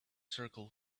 circle